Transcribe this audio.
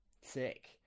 Sick